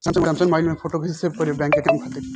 Samsung mobile में photo कैसे save करीं बैंक के काम खातिर?